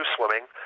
Swimming